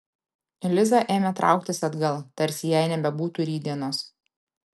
liza ėmė trauktis atgal tarsi jai nebebūtų rytdienos